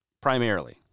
primarily